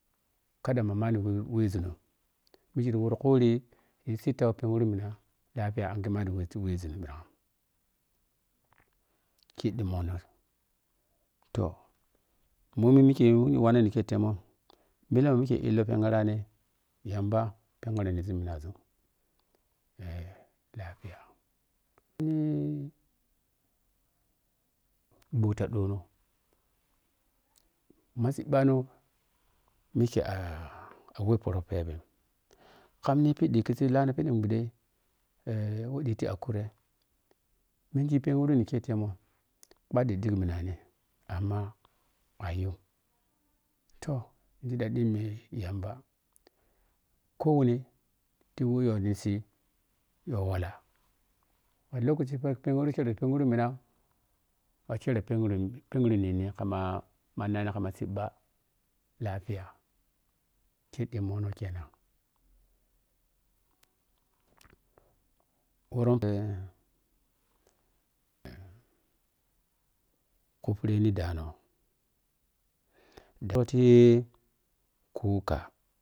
Kada mamani we wezun mire workuri yi sitau pnegru mi lapiaya anghe manita we zun ki dimmono toh mommi mike wo wanna niketemoh millam ma mike mengi phenghani yamba phegrani zun minazun eh lapiay eh ɓho ta ɗono ma siibamon mike a a we poro pphep kamni phi kizii laan din bhuɗe a eh we ɗiti akure mengi pheghri phidiketamun phaddi ɗirig minani amma a yum toh ni ta ɗhimmi yamba kowuni ti we yoni sii yow ala ma lokaci phegru ta phegru mina ma kire phengru phengrunini kama mannani ka ma siiba lafiya ke ɗimmono kenan woron ko fireni ɗaano tep ti kuka.